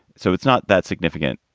so it's not that significant.